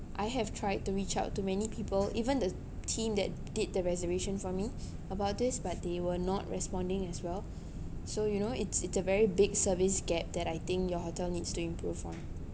I have tried to reach out to many people even the team that did the reservation for me about this but they were not responding as well so you know it's it's a very big service gap that I think your hotel needs to improve on